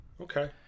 Okay